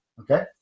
okay